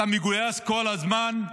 אתה מגויס כל הזמן,